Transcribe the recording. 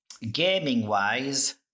Gaming-wise